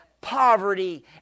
poverty